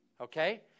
Okay